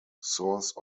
source